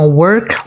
work